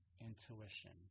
intuition